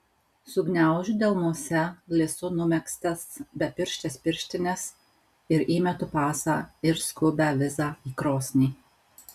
sugniaužiu delnuose lisu numegztas bepirštes pirštines ir įmetu pasą ir skubią vizą į krosnį